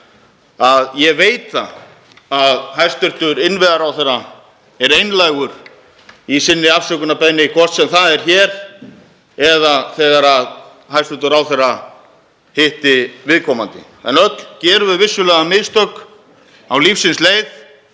að ég veit að hæstv. innviðaráðherra er einlægur í sinni afsökunarbeiðni, hvort sem það er hér eða þegar hæstv. ráðherra hitti viðkomandi. En öll gerum við vissulega mistök á lífsins leið.